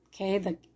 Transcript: Okay